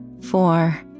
four